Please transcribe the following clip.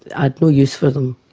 i had no use for them.